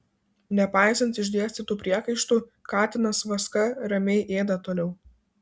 nepaisant išdėstytų priekaištų katinas vaska ramiai ėda toliau